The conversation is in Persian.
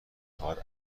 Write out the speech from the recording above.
خواد